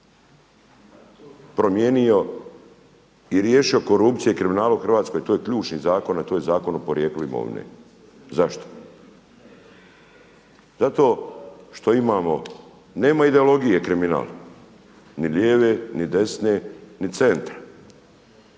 promijenio i riješio korupcije i kriminala u Hrvatskoj, to je ključni zakon, a to je Zakon o porijeklu imovine. Zašto? Zato što imamo nema ideologije kriminal, ni lijeve, ni desne, ni centra,